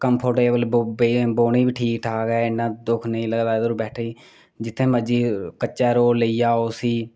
comfortable बौंह्नें ई बी ठीक ठाक ऐ इन्ना दुख नेईं एह्दे पर बैठे दे जित्थै मर्जी कच्चै रोड़ लेईं जाओ उसी